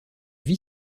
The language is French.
vit